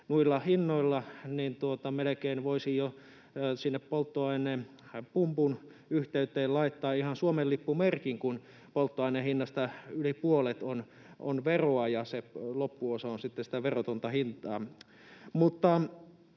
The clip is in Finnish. Noilla hinnoilla melkein voisi jo sinne polttoainepumpun yhteyteen laittaa ihan Suomen lippu -merkin, kun polttoaineen hinnasta yli puolet on veroa ja se loppuosa on sitten sitä verotonta hintaa.